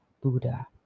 Buddha